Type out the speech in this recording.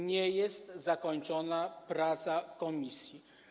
Nie jest zakończona praca komisji.